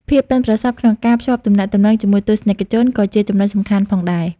ភាពប៉ិនប្រសប់ក្នុងការភ្ជាប់ទំនាក់ទំនងជាមួយទស្សនិកជនក៏ជាចំណុចសំខាន់ផងដែរ។